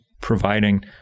providing